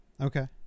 okay